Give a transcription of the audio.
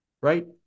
right